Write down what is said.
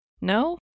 No